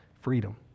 freedom